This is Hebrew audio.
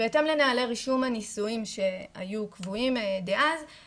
בהתאם לנהלי רישום הנשואים שהיו קבועים דאז,